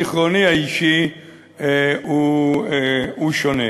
זיכרוני האישי הוא שונה.